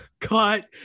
Cut